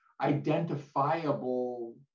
identifiable